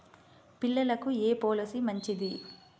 పిల్లలకు ఏ పొలసీ మంచిది?